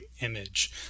image